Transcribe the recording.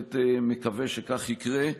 בהחלט מקווה שכך יקרה.